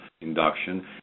induction